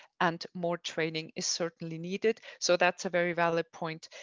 and more training is certainly needed. so that's a very valid point.